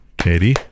Katie